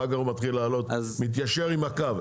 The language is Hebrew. אחר כך הוא מתחיל להעלות, מתיישר עם הקו.